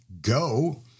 Go